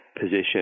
position